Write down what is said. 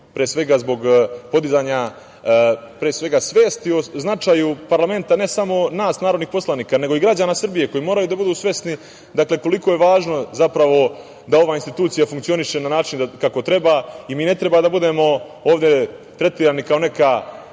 pre svega, zbog podizanja svesti o značaju parlamenta ne samo nas narodnih poslanika, nego i građana Srbije, koji moraju da budu svesni koliko je važno zapravo da ova institucija funkcioniše na način kako treba. Mi ne treba da budemo ovde tretirani kao neka